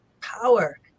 power